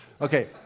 Okay